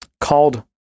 called